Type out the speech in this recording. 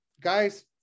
guys